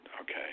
okay